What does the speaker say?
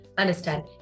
Understand